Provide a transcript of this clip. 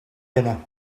dinner